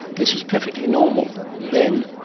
this was perfectly normal then.